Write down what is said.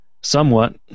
Somewhat